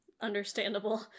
understandable